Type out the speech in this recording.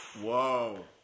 Whoa